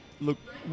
look